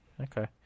Okay